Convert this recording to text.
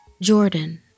Jordan